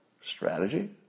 strategy